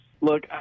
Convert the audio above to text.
Look